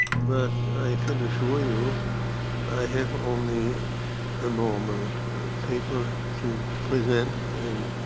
but i can assure you i have only a normal paper to present.